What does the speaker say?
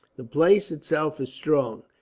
the place itself is strong.